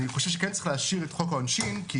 אני חושב שכן צריך להשאיר את חוק העונשין כי